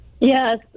Yes